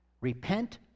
repent